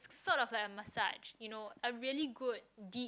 sort of like a message you know a really good deep